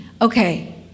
Okay